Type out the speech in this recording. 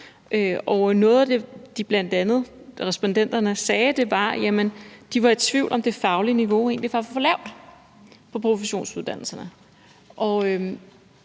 noget af det, respondenterne bl.a. sagde, var, at de var i tvivl om, hvorvidt det faglige niveau egentlig var for lavt på professionsuddannelserne.